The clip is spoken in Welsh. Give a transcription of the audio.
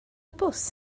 bws